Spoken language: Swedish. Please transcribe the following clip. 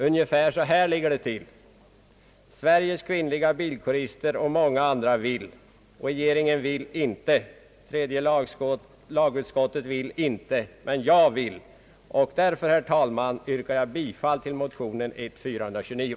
Ungefär så här ligger det till: Sveriges kvinnliga bilkårister och många andra vill. Regeringen vill inte. Tredje lagutskottet vill inte. Men jag vill! Och därför, herr talman, yrkar jag bifall till motionen I: 429.